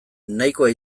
nahikoa